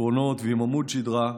עקרונות ועם עמוד שדרה,